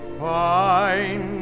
fine